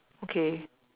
okay